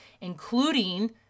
Including